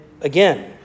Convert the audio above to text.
again